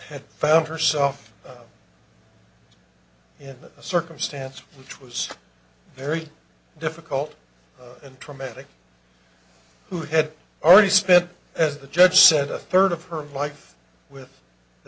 had found herself in that circumstance which was very difficult and traumatic who had already spent as the judge said a third of her life with the